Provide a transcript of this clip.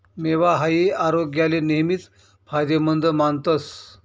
मेवा हाई आरोग्याले नेहमीच फायदेमंद मानतस